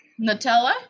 Nutella